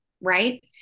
Right